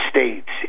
States